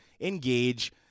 engage